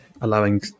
allowing